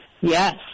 Yes